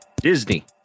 Disney